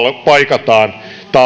paikataan